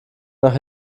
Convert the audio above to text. nach